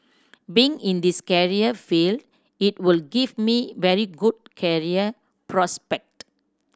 being in this career field it would give me very good career prospect